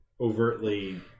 overtly